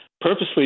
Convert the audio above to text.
purposely